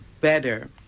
better